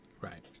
Right